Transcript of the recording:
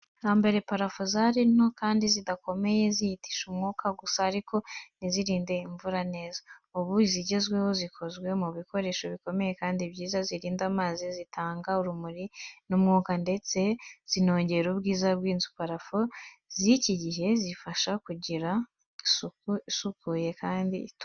Hambere, parafo zari nto kandi zidakomeye, zihitisha umwuka gusa ariko ntizirinde imvura neza. Ubu, izigezweho zikozwe mu bikoresho bikomeye kandi byiza, zirinda amazi, zitanga urumuri n’umwuka, ndetse zinongera ubwiza bw’inzu. Parafo z’iki gihe zifasha kugira inzu isukuye kandi ituje.